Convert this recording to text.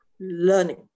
learning